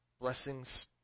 Blessings